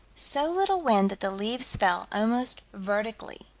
so little wind that the leaves fell almost vertically.